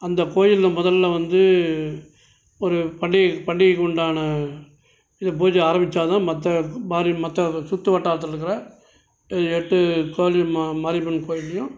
அந்த கோயிலில் முதலில் வந்து ஒரு பண்டிகை பண்டிகைக்கு உண்டான இது பூஜை ஆரமிச்சா தான் மற்ற மாரி மற்ற சுற்று வட்டாரத்தில் இருக்கிற எட்டு கோயில் மா மா மாரியம்மன் கோயில்லேயும்